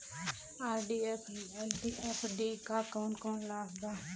RD और FD क कौन कौन लाभ बा?